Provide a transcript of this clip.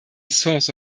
source